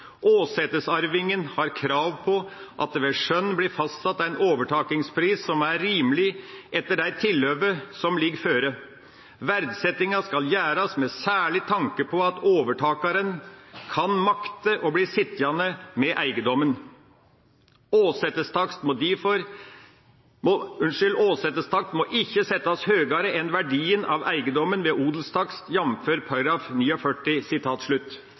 «Åsetesarvingen har krav på at det ved skjøn blir fastsett ein overtakingspris som er rimeleg etter dei tilhøva som ligg føre. Verdsetjinga skal gjerast med særleg tanke på at overtakaren kan makte å bli sitjande med eigedomen. Åsetestakst må ikkje setjast høgare enn verdien av eigedomen ved odelstakst,